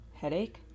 headache